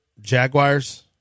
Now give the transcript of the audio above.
Jaguars